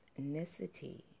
ethnicity